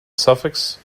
suffix